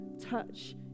touch